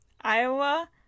Iowa